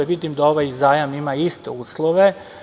Vidim da ovaj zajam ima iste uslove.